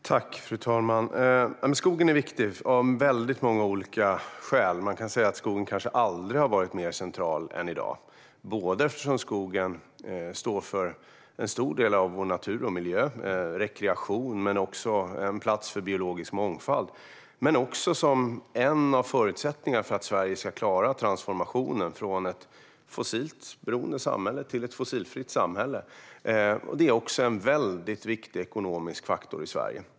Fru talman! Skogen är viktig, av väldigt många olika skäl. Man kan säga att skogen kanske aldrig har varit mer central än i dag. Skogen står inte bara för en stor del av vår natur och miljö och är inte bara en plats både för rekreation och för biologisk mångfald, utan den är också en av förutsättningarna för att Sverige ska klara transformationen från ett fossilberoende samhälle till ett fossilfritt samhälle. Skogen är också en viktig ekonomisk faktor i Sverige.